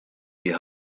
die